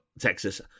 Texas